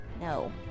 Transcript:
No